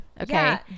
Okay